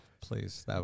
Please